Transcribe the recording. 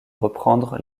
reprendre